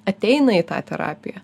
ateina į tą terapiją